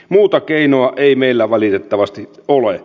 muuta keinoa ei meillä valitettavasti ole